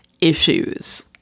issues